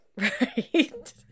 Right